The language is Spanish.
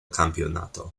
campeonato